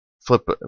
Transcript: Flip